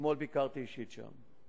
אתמול ביקרתי אישית שם.